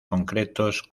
concretos